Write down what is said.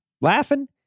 laughing